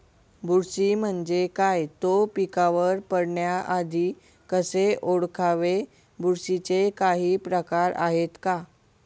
बुरशी म्हणजे काय? तो पिकावर पडण्याआधी कसे ओळखावे? बुरशीचे काही प्रकार आहेत का?